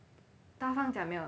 他放假没有